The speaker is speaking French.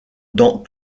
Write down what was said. dans